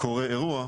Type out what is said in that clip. קורה אירוע,